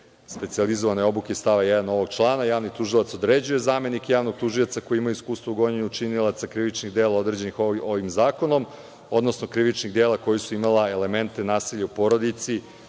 specijalizovane obuke iz stava 1. ovog člana, javni tužilac određuje zamenike javnog tužioca koji imaju iskustva u gonjenju učinioca krivičnih dela određenih ovih zakonom, odnosno krivičnih dela koja su imala elemente nasilja u porodici